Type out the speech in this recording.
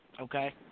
Okay